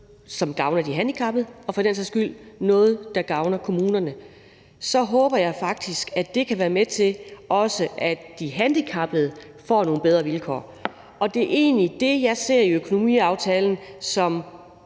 som gavner de handicappede, og for den sags skyld noget, der gavner kommunerne, så håber jeg faktisk, at det også kan være med til, at de handicappede får nogle bedre vilkår. Det er egentlig det, jeg ser i økonomiaftalen som